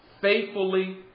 faithfully